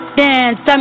dance